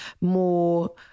more